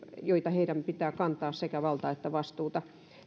pitää kantaa sekä valtaa että vastuuta